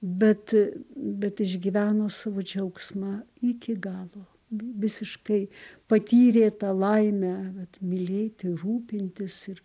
bet bet išgyveno savo džiaugsmą iki galo visiškai patyrė tą laimę vat mylėti rūpintis ir